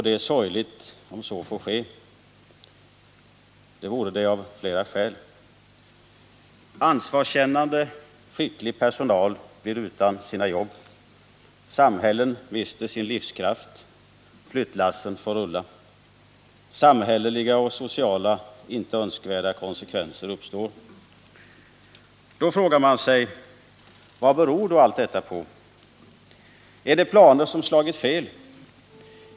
Det är sorgligt om så får ske, och det är det av flera skäl. Ansvarskännande och skicklig personal blir utan jobb. Samhällen mister sin livskraft. Flyttlassen får rulla. Samhälleliga och sociala icke önskvärda konsekvenser uppstår. Då frågar man sig: Vad beror allt detta på? Är det planer som slagit fel?